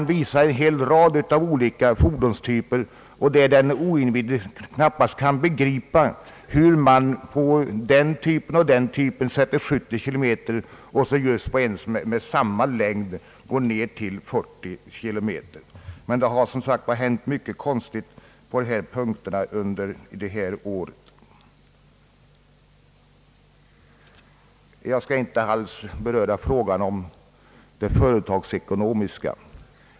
I dessa papper anges en hel rad av olika fordonstyper. Den oinvigde kan knappast begripa varför man för den och den typen av fordon sätter hastighetsgränsen till 70 km tim. Men det har som sagt hänt mycket konstigt i dessa avseenden under detta år. Jag skall inte alls beröra det företagsekonomiska problemet.